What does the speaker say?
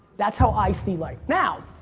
that's how i see life. now,